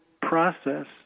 process